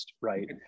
right